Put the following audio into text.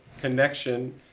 connection